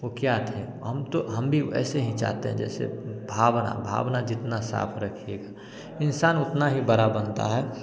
वो क्या थे हम तो हम भी वैसे ही चाहते हैं जैसे भावना भावना जितना साफ रखिए इंसान उतना ही बड़ा बनता है